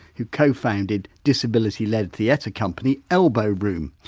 who co-founded disability led theatre company elbow room.